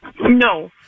no